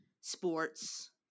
sports